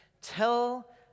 tell